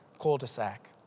cul-de-sac